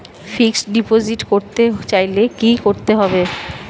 Fixed deposit করতে চাইলে কি করতে হবে?